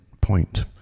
point